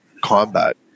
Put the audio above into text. combat